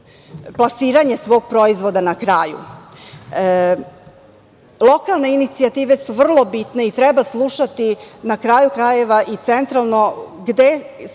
plasiranje svog proizvoda na kraju. Lokalna inicijative su vrlo bitne i treba slušati, na kraju krajeva i centralno gde